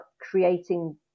creating